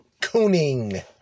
cooning